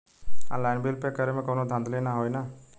Online bill pay करे में कौनो धांधली ना होई ना?